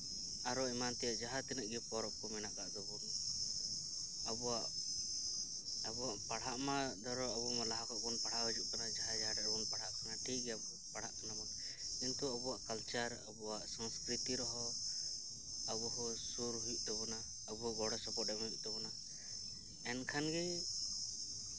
ᱟᱨᱦᱚᱸ ᱮᱢᱟᱱ ᱛᱮᱭᱟᱜ ᱡᱟᱦᱟᱸᱛᱤᱱᱟᱹᱜ ᱜᱮ ᱯᱚᱨᱚᱵᱽ ᱢᱮᱱᱟᱜ ᱛᱟᱵᱚᱱ ᱟᱵᱚᱣᱟᱜ ᱯᱟᱲᱦᱟᱜ ᱢᱟ ᱫᱷᱚᱨᱚ ᱟᱵᱚ ᱞᱟᱦᱟ ᱠᱷᱚᱱ ᱵᱚᱱ ᱯᱟᱲᱦᱟᱣ ᱦᱤᱡᱩᱜ ᱠᱟᱱᱟ ᱡᱟᱦᱟᱸᱭ ᱡᱟᱦᱟᱸᱴᱟᱜ ᱨᱮᱵᱚᱱ ᱯᱟᱲᱦᱟᱜ ᱠᱟᱱᱟ ᱴᱷᱤᱠ ᱜᱮᱭᱟ ᱯᱟᱲᱦᱟᱜ ᱠᱟᱱᱟ ᱵᱚᱱ ᱠᱤᱱᱛᱩ ᱟᱵᱚᱣᱟᱜ ᱠᱟᱞᱪᱟᱨ ᱟᱵᱚᱣᱟᱜ ᱥᱚᱥᱠᱤᱨᱤᱛᱤ ᱨᱮᱦᱚᱸ ᱟᱵᱚᱦᱚᱸ ᱥᱩᱨ ᱦᱩᱭᱩᱜ ᱛᱟᱵᱚᱱᱟ ᱟᱵᱚᱦᱚᱸ ᱜᱚᱲᱚ ᱥᱚᱯᱚᱦᱚᱫ ᱮᱢ ᱦᱩᱭᱩᱜ ᱛᱟᱵᱳᱱᱟ ᱮᱱᱠᱷᱟᱱ ᱜᱮ